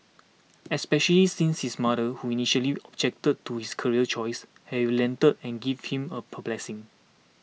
especially since his mother who initially objected to his career choice has relented and given him her blessings